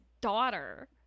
daughter